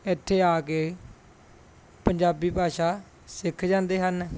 ਇੱਥੇ ਆ ਕੇ ਪੰਜਾਬੀ ਭਾਸ਼ਾ ਸਿੱਖ ਜਾਂਦੇ ਹਨ